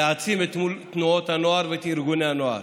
להעצים את תנועות הנוער ואת ארגוני הנוער.